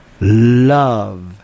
love